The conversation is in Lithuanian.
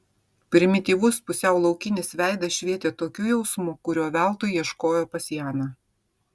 primityvus pusiau laukinis veidas švietė tokiu jausmu kurio veltui ieškojo pas janą